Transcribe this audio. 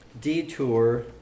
detour